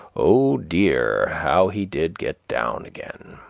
o dear! how he did get down again!